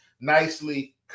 nicely